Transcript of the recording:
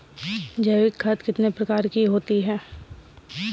जैविक खाद कितने प्रकार की होती हैं?